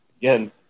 Again